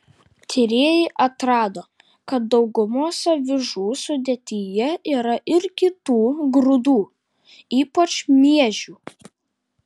tyrėjai atrado kad daugumos avižų sudėtyje yra ir kitų grūdų ypač miežių